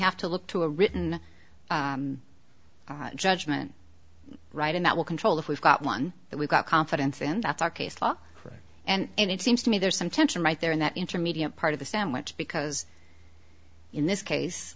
have to look to a written judgment right and that will control if we've got one that we've got confidence in that's our case law and it seems to me there's some tension right there in that intermediate part of the sandwich because in this case